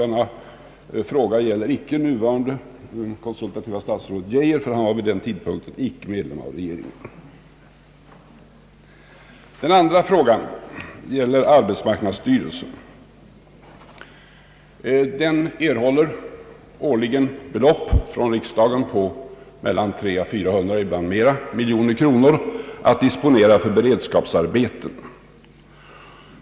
Denna fråga gäller icke det nuvarande konsultativa statsrådet Geijer, ty han var vid den tidpunkten icke ledamot av regeringen. Min andra fråga gäller arbetsmarknadsstyrelsen. — Arbetsmarknadsstyrelsen erhåller årligen belopp från riksdagen på mellan 300 och 400 miljoner kronor — och ibland mera — att disponera för beredskapsarbeten.